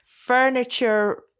furniture